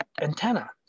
antenna